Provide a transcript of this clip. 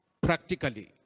Practically